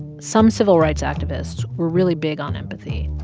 some civil rights activists were really big on empathy.